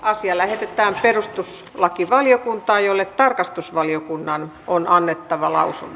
asia lähetettiin perustuslakivaliokuntaan jolle tarkastusvaliokunnan on annettava lausunto